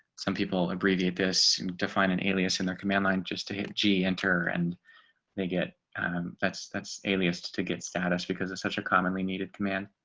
some people abbreviate this define an alias in their command line just to hit enter and they get that's that's alias to to get status because it's such a commonly needed command.